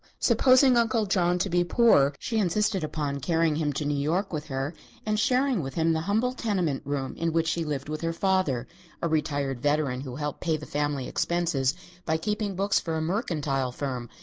supposing uncle john to be poor, she insisted upon carrying him to new york with her and sharing with him the humble tenement room in which she lived with her father a retired veteran who helped pay the family expenses by keeping books for a mercantile firm,